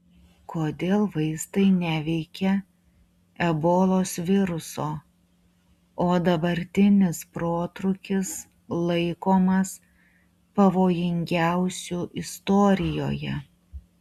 kodėl vaistai neveikia ebolos viruso o dabartinis protrūkis laikomas pavojingiausiu istorijoje